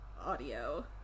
audio